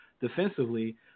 defensively